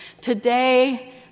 Today